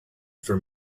for